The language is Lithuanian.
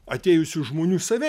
atėjusių žmonių save